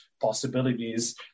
possibilities